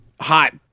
hot